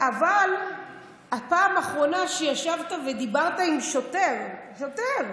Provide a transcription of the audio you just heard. אבל הפעם האחרונה שישבת ודיברת עם שוטר, שוטר,